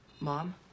Mom